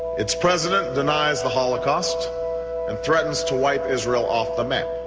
its president denies the holocaust and threatens to wipe israel off the map.